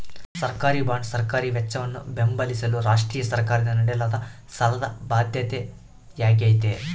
ಸರ್ಕಾರಿಬಾಂಡ್ ಸರ್ಕಾರಿ ವೆಚ್ಚವನ್ನು ಬೆಂಬಲಿಸಲು ರಾಷ್ಟ್ರೀಯ ಸರ್ಕಾರದಿಂದ ನೀಡಲಾದ ಸಾಲದ ಬಾಧ್ಯತೆಯಾಗೈತೆ